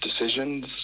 decisions